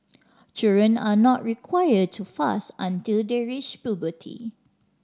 children are not required to fast until they reach puberty